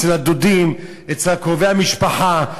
אצל הדודים, אצל קרובי המשפחה.